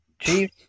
Chief